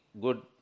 good